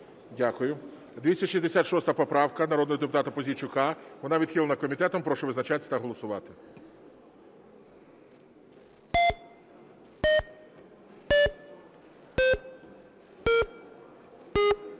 Дякую. 266 поправка, народного депутата Пузійчука. Вона відхилена комітетом. Прошу визначатись та голосувати.